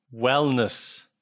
wellness